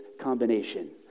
combination